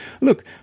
Look